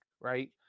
right